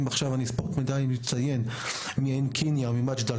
אם אני ספורטאי מצטיין מעין קניה או ממג'דל